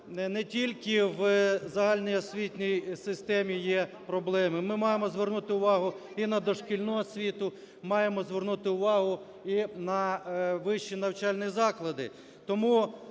не тільки в загальній освітній системі є проблеми. Ми маємо звернути увагу і на дошкільну освіту, маємо звернути увагу і на вищі навчальні заклади.